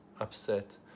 upset